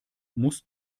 muss